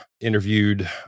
interviewed